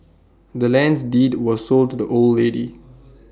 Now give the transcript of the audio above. the land's deed was sold to the old lady